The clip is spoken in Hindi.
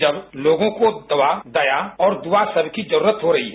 जब लोगों को दवा दया और दुआ सबकी जरुरत हो रही है